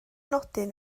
nodyn